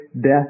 death